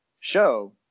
show